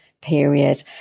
period